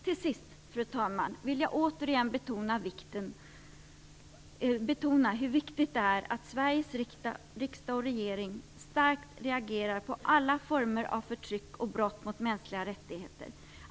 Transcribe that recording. Till sist, fru talman, vill jag återigen betona hur viktigt det är att Sveriges riksdag och regering starkt reagerar på alla former av förtryck och brott mot mänskliga rättigheter.